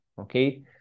okay